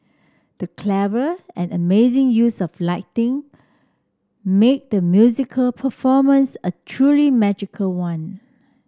the clever and amazing use of lighting made the musical performance a truly magical one